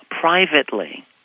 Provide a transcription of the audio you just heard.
privately